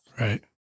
Right